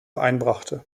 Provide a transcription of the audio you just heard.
einbrachte